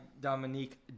Dominique